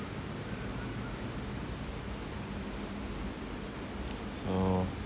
so